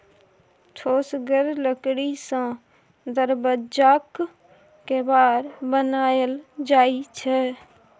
ठोसगर लकड़ी सँ दरबज्जाक केबार बनाएल जाइ छै